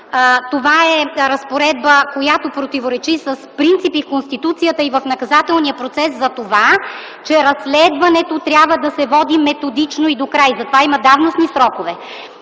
Това е разпоредба, която противоречи с принципи в Конституцията и в наказателния процес за това, че разследването трябва да се води методично и докрай. Затова има давностни срокове.